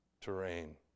terrain